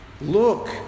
Look